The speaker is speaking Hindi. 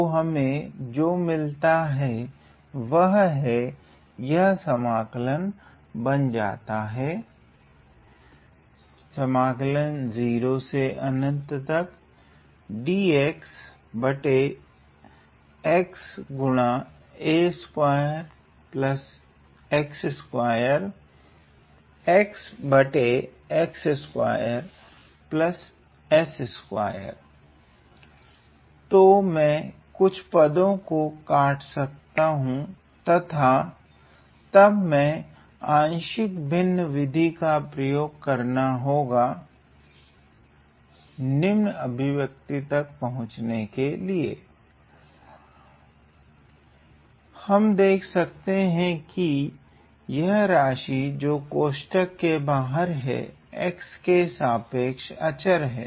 तो हमे जो मिलता है वह है यह समाकल बन जाता है तो मैं कुछ पदो को काट सकता हूँ तथा तब मैं आंशिक भिन्न विधि का प्रयोग करना होगा निम्न अभिव्यक्ति तक पाहुचने के लिए हम देखते है यह राशी जो कोष्ठक के बाहर है x के सापेक्ष आचर हैं